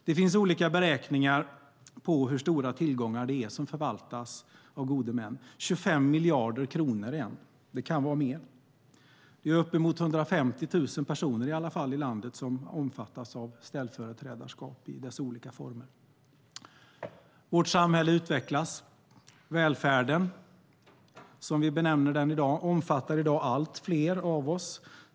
Det finns olika beräkningar av hur stora tillgångar det är som förvaltas av gode män. 25 miljarder kronor är en uppgift. Det kan vara mer. Det är i alla fall uppemot 150 000 personer i landet som omfattas av ställföreträdarskap i dess olika former. Vårt samhälle utvecklas. Välfärden, som vi benämner den i dag, omfattar i dag allt fler av oss.